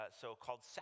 so-called